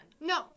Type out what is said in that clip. No